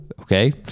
Okay